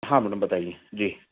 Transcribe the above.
हाँ मैडम बताइए जी